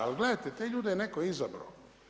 Ali gledajte te ljude je netko izabrao.